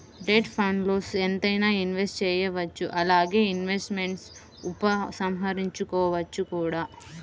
debt ఫండ్స్ల్లో ఎంతైనా invest చేయవచ్చు అలానే ఇన్వెస్ట్మెంట్స్ను ఉపసంహరించుకోవచ్చు కూడా